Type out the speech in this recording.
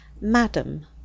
Madam